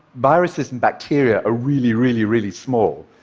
viruses and bacteria are really, really, really small,